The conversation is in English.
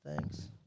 Thanks